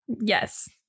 yes